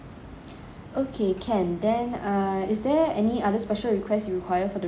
okay can then uh is there any other special requests you require for the rooms